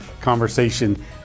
conversation